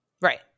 right